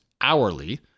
Hourly